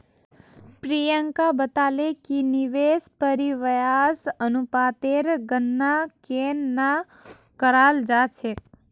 प्रियंका बताले कि निवेश परिव्यास अनुपातेर गणना केन न कराल जा छेक